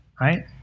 right